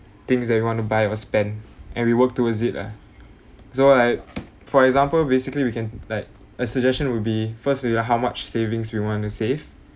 things that we want to buy or spend and we work towards it lah so like for example basically we can like a suggestion would be first will be how much savings we want to save